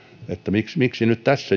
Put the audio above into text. miksi miksi nyt on tässä